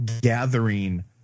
gathering